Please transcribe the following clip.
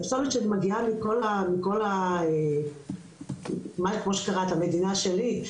אז הפסולת שמגיעה מכל, כמו שקראת, המדינה שלי,